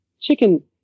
Chicken